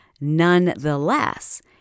Nonetheless